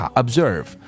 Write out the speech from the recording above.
observe